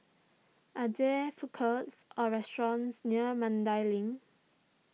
are there food courts or restaurants near Mandai Link